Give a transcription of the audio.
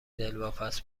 دلواپس